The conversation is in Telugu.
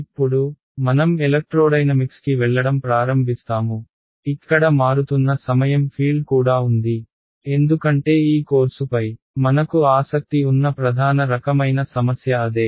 ఇప్పుడు మనం ఎలక్ట్రోడైనమిక్స్కి వెళ్లడం ప్రారంభిస్తాము ఇక్కడ మారుతున్న సమయం ఫీల్డ్ కూడా ఉంది ఎందుకంటే ఈ కోర్సుపై మనకు ఆసక్తి ఉన్న ప్రధాన రకమైన సమస్య అదే